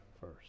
first